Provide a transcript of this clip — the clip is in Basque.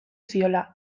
ziola